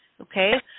okay